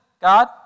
God